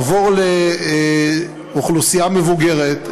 עבור לאוכלוסייה מבוגרת,